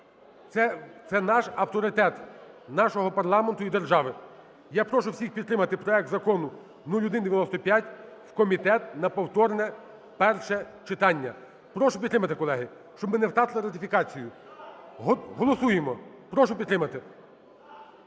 Це наш авторитет нашого парламенту і держави. Я прошу всіх підтримати проект Закону 0195 в комітет на повторне перше читання. Прошу підтримати, колеги, щоб ми не втратили ратифікацію. Голосуємо. Прошу підтримати.